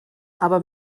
aber